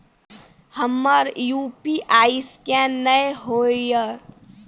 हमर UPI scan नेय हो या?